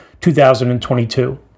2022